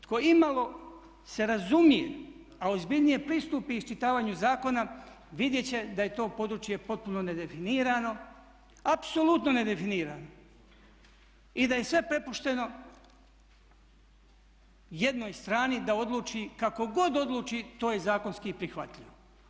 Tko imalo se razumije, a ozbiljnije pristupi iščitavanju zakona vidjet će da je to područje potpuno nedefinirano, apsolutno nedefinirano i da je sve prepušteno jednoj strani da odluči kako god odluči to je zakonski prihvatljivo.